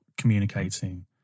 communicating